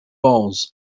balls